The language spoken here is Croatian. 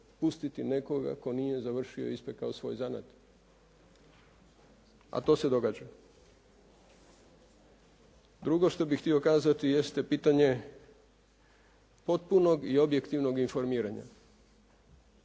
pustiti nekoga tko nije završio i ispekao svoj zanat, a to se događa. Drugo što bih htio kazati jeste pitanje potpunog i objektivnog informiranja.